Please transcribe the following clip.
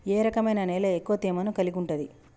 ఏ రకమైన నేల ఎక్కువ తేమను కలిగుంటది?